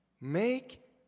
Make